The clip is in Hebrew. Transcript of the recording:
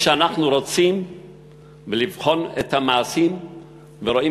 כשאנחנו רוצים לבחון את המעשים ורואים